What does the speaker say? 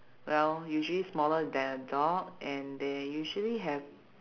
well usually smaller than a dog and they usually have